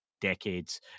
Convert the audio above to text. decades